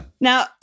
now